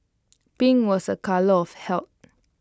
pink was A colour of health